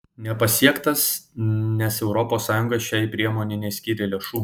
nepasiektas nes europos sąjunga šiai priemonei neskyrė lėšų